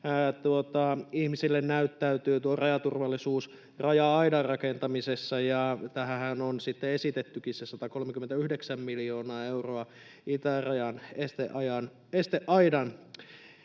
ihmisille näyttäytyy tuo rajaturvallisuus raja-aidan rakentamisessa. Tähänhän on sitten esitettykin se 139 miljoonaa euroa itärajan esteaidan